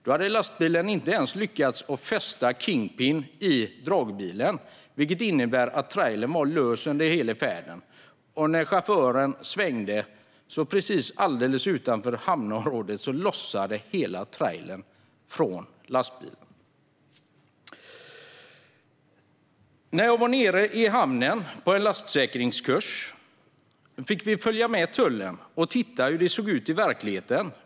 Chauffören hade inte lyckats fästa kingpin i dragbilen, vilket innebar att trailern var lös under hela färden. När chauffören svängde precis utanför hamnområdet lossade hela trailern från dragbilen. När jag var på lastsäkringskurs i hamnen fick vi följa med tullen och se hur det ser ut i verkligheten.